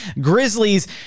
Grizzlies